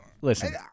Listen-